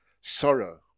sorrow